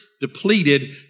depleted